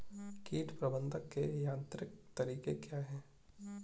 कीट प्रबंधक के यांत्रिक तरीके क्या हैं?